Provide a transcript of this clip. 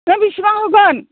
नों बेसेबां होगोन